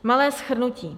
Malé shrnutí.